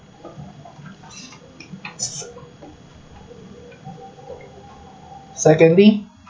secondly